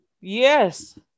Yes